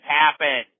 happen